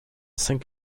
cinq